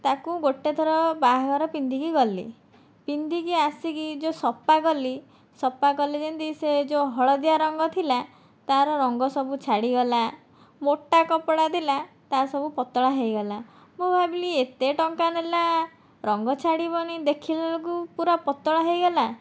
ତାକୁ ଗୋଟିଏ ଥର ବାହାଘର ପିନ୍ଧିକି ଗଲି ପିନ୍ଧିକି ଆସିକି ଯେଉଁ ସଫା କଲି ସଫାକଲି ଯେମିତି ସେ ଯେଉଁ ହଳଦିଆ ରଙ୍ଗ ଥିଲା ତା'ର ରଙ୍ଗ ସବୁ ଛାଡ଼ିଗଲା ମୋଟା କପଡ଼ା ଥିଲା ତାହା ସବୁ ପତଳା ହୋଇଗଲା ମୁଁ ଭାବିଲି ଏତେ ଟଙ୍କା ନେଲା ରଙ୍ଗ ଛାଡ଼ିବନି ଦେଖିଲାବେଳକୁ ପୂରା ପତଳା ହୋଇଗଲା